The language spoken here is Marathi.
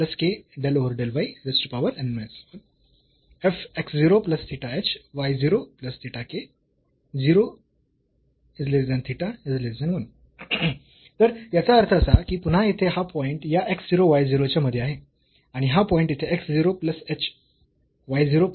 तर याचा अर्थ असा की पुन्हा येथे हा पॉईंट या x 0 y 0 च्या मध्ये आहे आणि हा पॉईंट येथे x 0 plus h y 0 plus k आहे